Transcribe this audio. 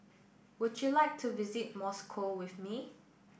would you like to visit Moscow with me